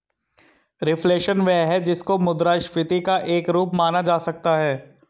reflation वह है जिसको मुद्रास्फीति का एक रूप माना जा सकता है